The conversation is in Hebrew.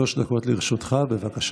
שלוש דקות לרשותך, בבקשה.